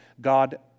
God